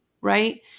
right